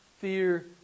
fear